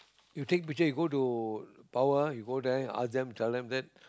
you take picture you go to power you go there ask them tell them that